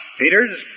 Peters